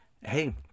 Hey